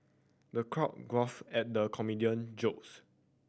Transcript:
the crowd guffawed at the comedian jokes